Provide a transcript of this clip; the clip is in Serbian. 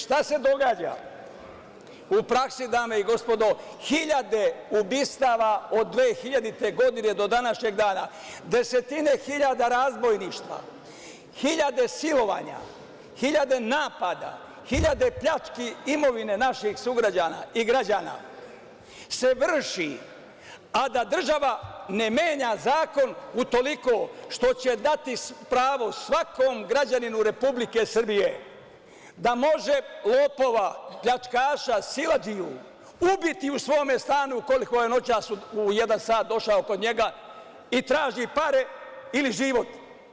Šta se događa u praksi, dame i gospodo, hiljade ubistava od 2000. godine do današnjeg dana, desetine hiljada razbojništva, hiljade silovanja, hiljade napada, hiljade pljački imovine naših sugrađana i građana se vrši, a da država ne menja zakon utoliko, što će dati pravo svakom građaninu Republike Srbije da može lopova, pljačkaša, siledžiju ubiti u svome stanu, ukoliko je noćas u jedan sat došao kod njega i traži pare ili život.